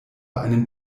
einen